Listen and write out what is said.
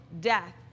death